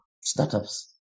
startups